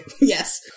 Yes